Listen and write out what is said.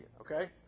okay